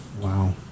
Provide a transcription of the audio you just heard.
Wow